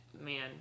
man